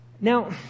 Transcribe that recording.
Now